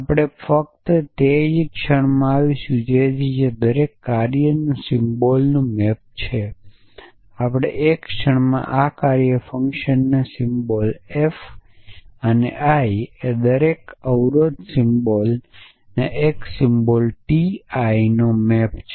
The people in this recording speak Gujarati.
આપણે ફક્ત તે જ ક્ષણમાં આવીશું તે જ રીતે દરેક કાર્યનું સિમ્બોલ મેપ છે આપણે એક ક્ષણમાં આ કાર્ય ફંક્શનનું સિમ્બોલ f અને I દરેક અવરોધ સિમ્બોલ એક સિમ્બોલ t I નો મેપ છે